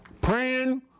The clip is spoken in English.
Praying